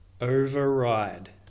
Override